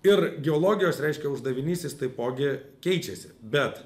ir geologijos reiškia uždavinys jis taipogi keičiasi bet